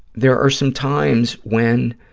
there are some times when